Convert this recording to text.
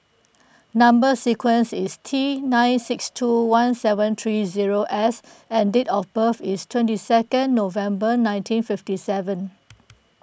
Number Sequence is T nine six two one seven three zero S and date of birth is twenty second November nineteen fifty seven